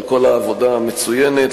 על כל העבודה המצוינת,